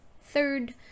Third